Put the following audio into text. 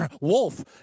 Wolf